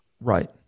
Right